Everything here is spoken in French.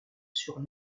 sur